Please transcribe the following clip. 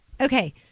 Okay